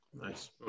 Nice